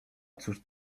cóż